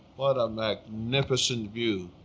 what a magnificent view.